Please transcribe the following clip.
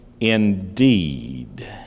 indeed